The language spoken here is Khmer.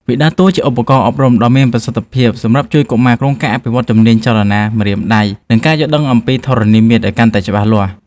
វាដើរតួជាឧបករណ៍អប់រំដ៏មានប្រសិទ្ធភាពសម្រាប់ជួយកុមារក្នុងការអភិវឌ្ឍជំនាញចលនានៃម្រាមដៃ និងការយល់ដឹងអំពីធរណីមាត្រឱ្យកាន់តែច្បាស់លាស់។